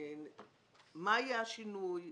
מה יהיה השינוי,